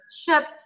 shipped